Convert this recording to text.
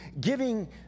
giving